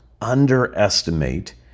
underestimate